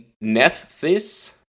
Nephthys